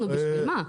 בשביל מה?